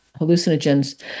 hallucinogens